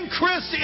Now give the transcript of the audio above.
Chris